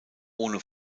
ohne